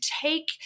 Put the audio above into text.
take